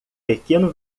pequeno